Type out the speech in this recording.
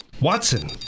Watson